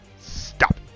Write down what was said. STOP